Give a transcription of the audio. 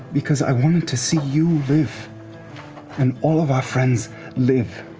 because i wanted to see you live and all of our friends live.